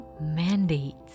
mandates